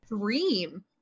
dream